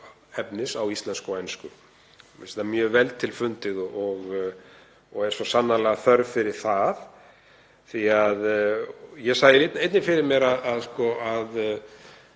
efnis á íslensku og ensku. Mér finnst það mjög vel til fundið og er svo sannarlega þörf fyrir það. Ég sæi einnig fyrir mér að